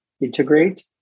integrate